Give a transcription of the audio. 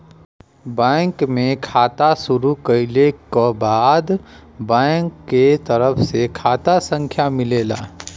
bank में खाता शुरू कइले क बाद बैंक के तरफ से खाता संख्या मिलेला